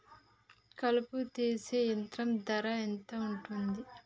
కలుపు తీసే యంత్రం ధర ఎంతుటది?